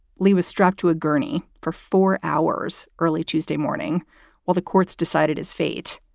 lee was strapped to a gurney for four hours early tuesday morning while the courts decided his fate.